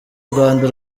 rwanda